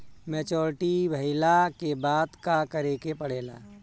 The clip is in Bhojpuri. मैच्योरिटी भईला के बाद का करे के पड़ेला?